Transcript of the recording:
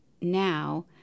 now